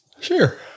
sure